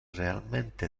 realmente